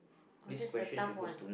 oh that's a tough one